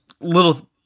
little